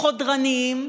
חודרניים,